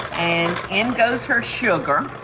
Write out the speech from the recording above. and in goes her sugar.